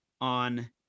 on